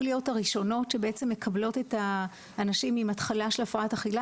להיות הראשונות שבעצם מקבלות את הנשים עם התחלה של הפרעת אכילה